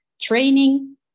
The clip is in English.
training